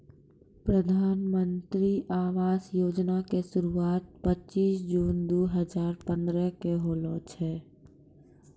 प्रधानमन्त्री आवास योजना के शुरुआत पचीश जून दु हजार पंद्रह के होलो छलै